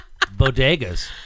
bodegas